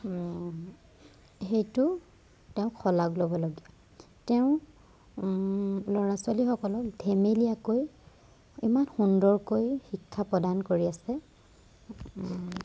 সেইটো তেওঁ শলাগ ল'বলগীয়া তেওঁ ল'ৰা ছোৱালীসকলক ধেমেলীয়াকৈ ইমান সুন্দৰকৈ শিক্ষা প্ৰদান কৰি আছে